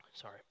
Sorry